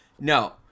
No